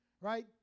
Right